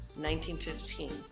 1915